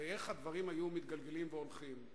ואיך הדברים היו מתגלגלים והולכים.